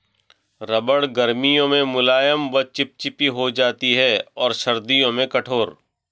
रबड़ गर्मियों में मुलायम व चिपचिपी हो जाती है और सर्दियों में कठोर